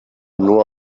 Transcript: nur